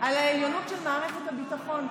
על העליונות של מערכת הביטחון.